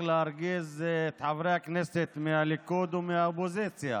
להרגיז את חברי הכנסת מהליכוד ומהאופוזיציה,